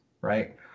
right